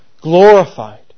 glorified